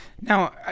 Now